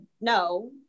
no